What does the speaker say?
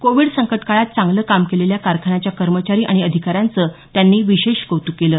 Covid संकटकाळात चांगलं काम केलेल्या कारखान्याच्या कर्मचारी आणि अधिकाऱ्यांचं त्यांनी विशेष कौतुक केल